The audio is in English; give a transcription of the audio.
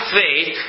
faith